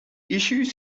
issues